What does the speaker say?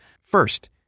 first